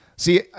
See